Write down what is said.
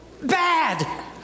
bad